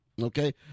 okay